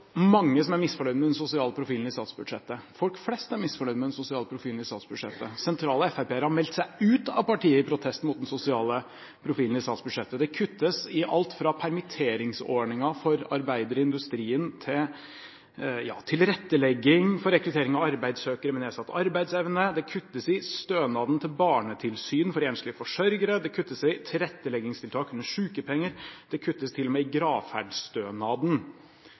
mange som er misfornøyd med den sosiale profilen i statsbudsjettet. Folk flest er misfornøyd med den sosiale profilen i statsbudsjettet. Sentrale FrP-ere har meldt seg ut av partiet i protest mot den sosiale profilen i statsbudsjettet. Det kuttes i alt fra permitteringsordningen for arbeidere i industrien til tilrettelegging for rekruttering av arbeidssøkere med nedsatt arbeidsevne. Det kuttes i stønaden til barnetilsyn for enslige forsørgere, det kuttes i tilretteleggingstiltak under sykepenger – det kuttes til og med i gravferdsstønaden.